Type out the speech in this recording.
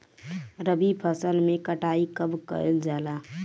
रबी फसल मे कटाई कब कइल जाला?